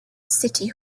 city